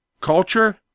culture